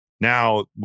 Now